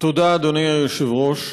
אדוני היושב-ראש.